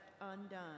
undone